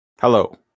Hello